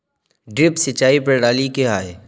Drip सिंचाई प्रणाली क्या है?